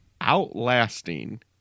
outlasting